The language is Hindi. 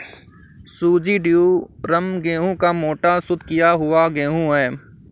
सूजी ड्यूरम गेहूं का मोटा, शुद्ध किया हुआ गेहूं है